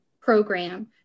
program